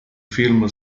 film